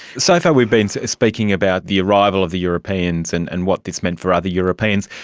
so far we've been so speaking about the arrival of the europeans and and what this meant for other europeans.